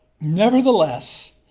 Nevertheless